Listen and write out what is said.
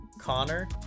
Connor